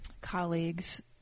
colleagues